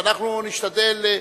ואנחנו נשתדל,